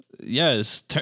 Yes